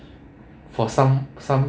for some some